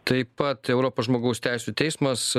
taip pat europos žmogaus teisių teismas